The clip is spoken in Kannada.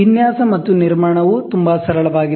ವಿನ್ಯಾಸ ಮತ್ತು ನಿರ್ಮಾಣವು ತುಂಬಾ ಸರಳವಾಗಿದೆ